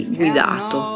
guidato